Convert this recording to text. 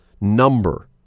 number